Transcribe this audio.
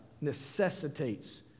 necessitates